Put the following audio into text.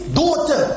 daughter